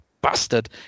bastard